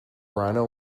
rhino